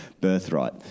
birthright